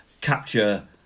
capture